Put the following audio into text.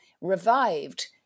revived